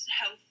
health